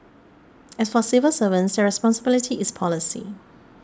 as for civil servants their responsibility is policy